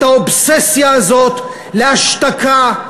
את האובססיה הזאת להשתקה,